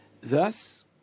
Thus